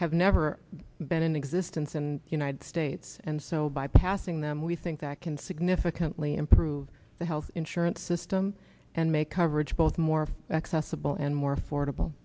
have never been in existence and united states and so by passing them we think that can significantly improve the health insurance system and make coverage both more accessible and more affordable